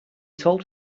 told